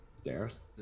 Stairs